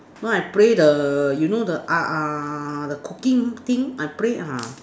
no I play the you know the uh uh the cooking thing I play ah